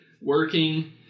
working